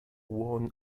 won